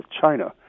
China